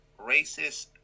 racist